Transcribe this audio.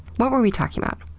what were we talking about?